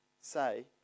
say